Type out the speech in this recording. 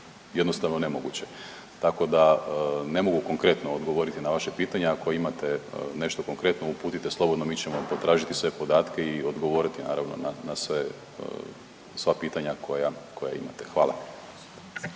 jednostavno nemoguće, tako da ne mogu konkretno odgovoriti na vaše pitanje. Ako imate nešto konkretno uputite slobodno mi ćemo potražiti sve podatke i odgovoriti naravno na sva pitanja koja imate. Hvala.